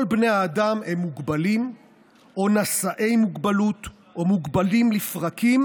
כל בני האדם הם מוגבלים או נשאי מוגבלות או מוגבלים לפרקים